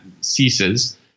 ceases